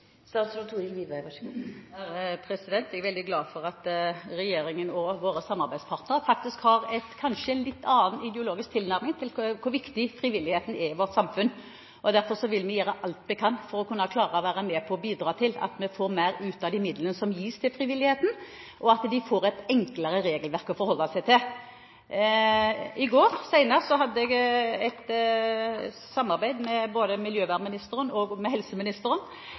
Jeg er veldig glad for at regjeringen og våre samarbeidspartnere faktisk har en litt annen ideologisk tilnærming til hvor viktig frivilligheten er i vårt samfunn. Derfor vil vi gjøre alt vi kan for å kunne klare å være med på å bidra til at vi får mer ut av de midlene som gis til frivilligheten, og at de frivillige får et enklere regelverk å forholde seg til. Senest i går samarbeidet jeg med både miljøvernministeren og helseministeren om hvordan vi kan være med